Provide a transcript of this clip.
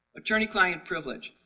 attorney-client privilege